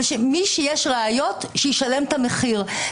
ומי שיש עליו ראיות שישלם את המחיר.